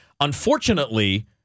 Unfortunately